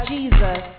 Jesus